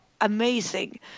amazing